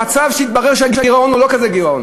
במצב שהתברר שהגירעון הוא לא כזה גירעון,